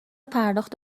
پرداخت